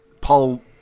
Paul